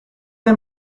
que